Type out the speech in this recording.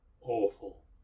awful